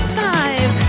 five